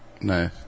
Nice